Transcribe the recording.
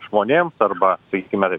žmonėms arba sakykime